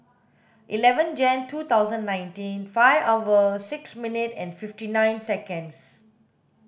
eleven Jan two thousand nineteen five hour six minute and fifty nine seconds